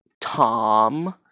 Tom